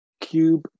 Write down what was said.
Cube